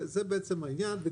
זה העניין.